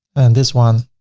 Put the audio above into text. and this one,